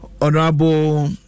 Honorable